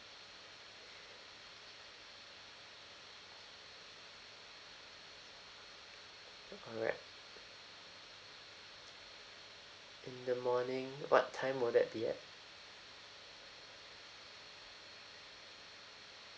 alright in the morning what time will that be at